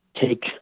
take